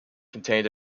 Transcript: contained